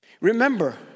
Remember